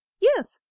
yes